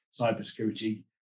cybersecurity